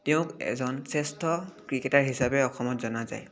তেওঁক এজন শ্ৰেষ্ঠ ক্ৰিকেটাৰ হিচাপে অসমত জনা যায়